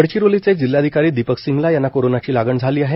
गडचिरोलीचे जिल्हाधिकारी दीपक सिंगला यांना कोरोनाची लागण झाली आहे